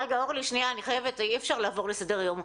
אורלי, אני חייבת, אי אפשר לעבור לסדר היום.